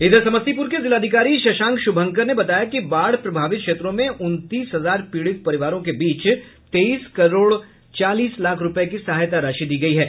इधर समस्तीपुर के जिलाधिकारी शशांक शुभंकर ने बताया कि बाढ़ प्रभावित क्षेत्रों में उनतीस हजार पीड़ित परिवारों के बीच तेईस करोड़ चालीस लाख रूपये की सहायता राशि दी गयी है